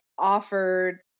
offered